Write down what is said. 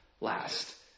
last